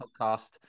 podcast